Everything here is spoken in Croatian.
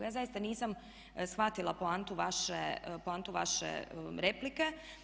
Ja zaista nisam shvatila poantu vaše replike.